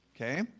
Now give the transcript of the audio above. okay